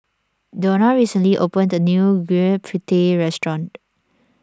Dona recently opened a new Gudeg Putih restaurant